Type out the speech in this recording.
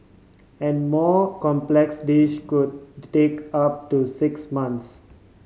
a more complex dish could take up to six months